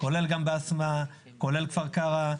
כולל בסמה, כולל כפר קרע.